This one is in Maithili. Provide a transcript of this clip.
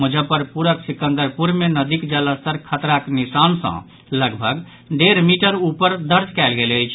मुजफ्फरपुरक सिकंदरपुर मे नदीक जलस्तर खतराक निशान सॅ लगभग डेढ़ मीटर ऊपर दर्ज कयल गेल अछि